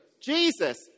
Jesus